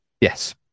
Yes